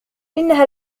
إنها